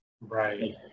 Right